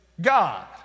God